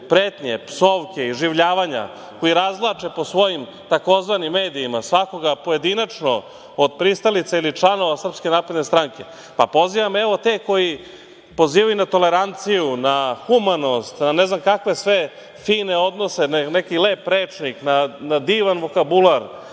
pretnje, psovke, iživljavanja, koji razvlače po svojim tzv. medijima svakoga pojedinačno od pristalica ili članova SNS, pozivam, evo te koji pozivaju na toleranciju, na humanost, ne znam kakve sve fine odnose, na neki lep rečni, na divan vokabular,